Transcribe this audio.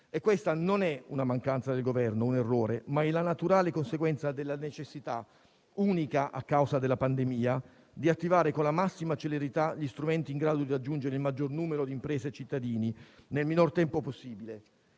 Questa non è una mancanza del Governo, un errore, ma è la naturale conseguenza della necessità - unica a causa della pandemia - di attivare con la massima celerità gli strumenti in grado di aggiungere il maggior numero di imprese e cittadini nel minor tempo possibile.